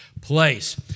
Place